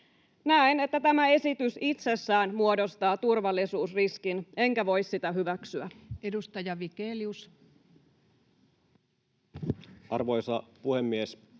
Näen, että tämä esitys itsessään muodostaa turvallisuusriskin, enkä voi sitä hyväksyä. [Speech 29] Speaker: